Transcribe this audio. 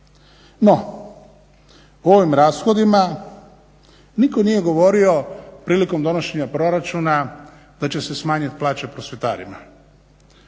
No, u ovim rashodima niko nije govorio prilikom donošenja proračuna da će se smanjit plaće prosvjetarima.